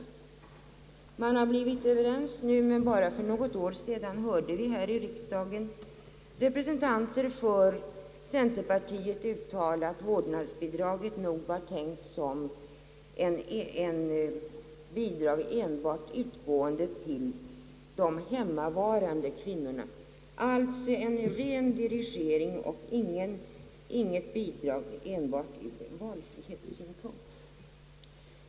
Man har nu kommit överens, men bara för något år sedan hörde vi här i riksdagen representanter för centerpartiet uttala, att vårdnadsbidraget nog var tänkt som ett bidrag enbart till de hemmavarande kvinnorna, alltså en ren dirigering och inte fråga om bidrag ur valfrihetssynpunkt.